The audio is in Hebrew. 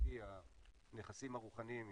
הנכסים הרוחניים,